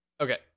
Okay